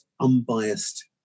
unbiased